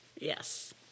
Yes